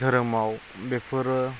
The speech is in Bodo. धोरोमाव बेफोरो